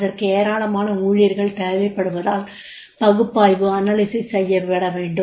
அதற்கு ஏராளமான ஊழியர்கள் தேவைப்படுவதால் பகுப்பாய்வு செய்யப்பட வேண்டும்